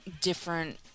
different